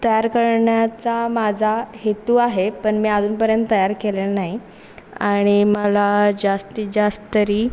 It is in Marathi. तयार करण्याचा माझा हेतू आहे पण मी अजूनपर्यंत तयार केलेलं नाही आणि मला जास्तीत जास्त तरी